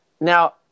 Now